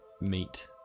meet